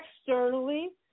externally